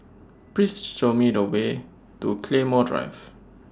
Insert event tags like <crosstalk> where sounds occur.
<noise> Please Show Me The Way to Claymore Drive